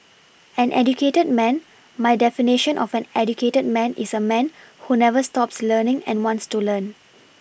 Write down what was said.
an educated man my definition of an educated man is a man who never stops learning and wants to learn